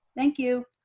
thank you.